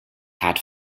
had